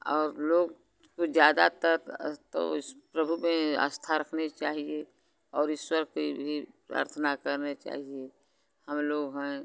और लोग तो ज़्यादातर तो इस प्रभु में आस्था रखनी चाहिए और ईश्वर की भी प्रार्थना करनी चाहिए हम लोग हैं